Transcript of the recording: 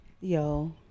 yo